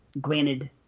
Granted